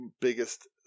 biggest